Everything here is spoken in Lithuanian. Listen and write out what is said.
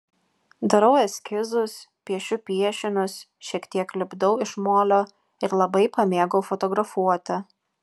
darau eskizus piešiu piešinius šiek tiek lipdau iš molio ir labai pamėgau fotografuoti